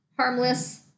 Harmless